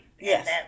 Yes